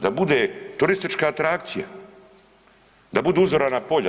Da bude turistička atrakcija, da budu uzorana polja.